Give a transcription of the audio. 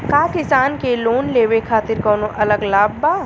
का किसान के लोन लेवे खातिर कौनो अलग लाभ बा?